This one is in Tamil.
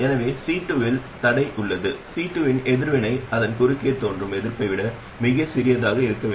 எனவே C2 இல் என்ன தடை உள்ளது C2 இன் எதிர்வினை அதன் குறுக்கே தோன்றும் எதிர்ப்பை விட மிகச் சிறியதாக இருக்க வேண்டும்